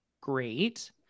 great